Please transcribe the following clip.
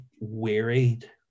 wearied